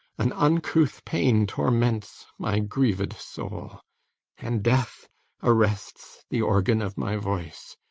an uncouth pain torments my grieved soul and death arrests the organ of my voice,